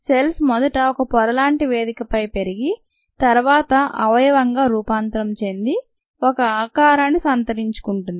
cells మొదట ఒక పొరలాంటి వేదికపై పెరిగి తర్వాత అవయవంగా రూపాంతరం చెంది ఒక ఆకారాన్ని సంతరించుకుంటుంది